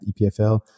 epfl